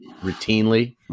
routinely